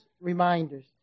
reminders